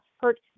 hurt